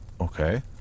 Okay